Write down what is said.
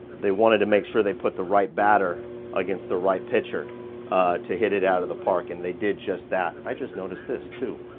they wanted to make sure they put the right batter against the right pitcher to hit it out of the park, and they did just that. i just noticed this, too.